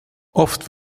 oft